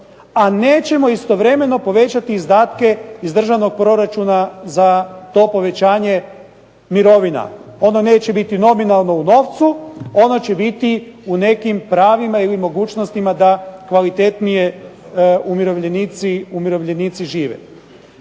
a nećemo istovremeno povećati izdatke iz državnog proračuna za to povećanje mirovina, ono neće biti nominalno u novcu, ono će biti u nekim pravima ili mogućnostima da kvalitetnije umirovljenici žive.